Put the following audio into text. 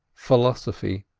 philosophy,